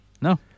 No